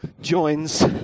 joins